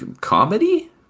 comedy